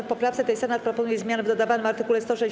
W poprawce tej Senat proponuje zmiany w dodawanym art. 164a.